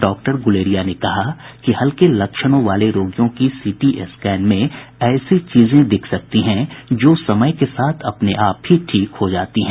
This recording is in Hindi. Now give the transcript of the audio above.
डॉक्टर गुलेरिया ने कहा कि हल्के लक्षणों वाले रोगियों की सीटी स्कैन में ऐसी चीजें दिख सकती हैं जो समय के साथ अपने आप ही ठीक हो जाती हैं